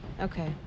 Okay